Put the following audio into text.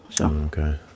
Okay